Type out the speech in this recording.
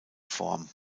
form